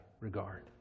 regard